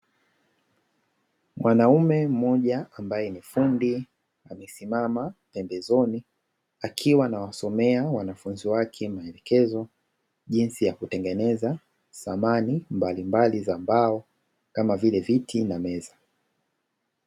Mwanaume mmoja ambaye ni fundi, amesimama pembezoni, akiwa anawasomea wanafunzi wake maelekezo jinsi ya kutengeneza samani mbalimbali za mbao, kama vile viti na meza.